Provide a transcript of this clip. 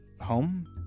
Home